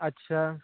ਅੱਛਾ